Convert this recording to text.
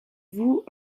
voue